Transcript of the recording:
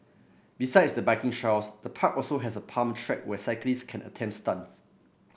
besides the biking trails the park also has a pump track where cyclists can attempt stunts